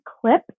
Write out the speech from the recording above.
clip